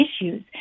issues